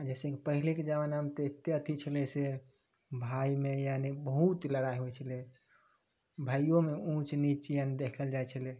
जइसेकि पहिलेके जमानामे तऽ एतेक अथी छलै से भाइमे यानी बहुत लड़ाइ होइ छलै भाइओमे उँच निच यानी देखल जाइ छलै